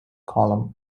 column